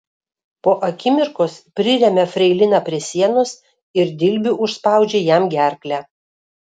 po akimirkos priremia freiliną prie sienos ir dilbiu užspaudžia jam gerklę